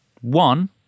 one